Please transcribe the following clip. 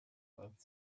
both